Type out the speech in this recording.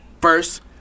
First